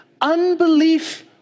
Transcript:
Unbelief